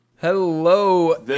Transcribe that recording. hello